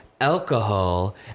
alcohol